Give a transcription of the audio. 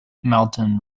mountain